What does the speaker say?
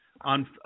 on